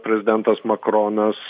prezidentas makronas